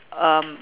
um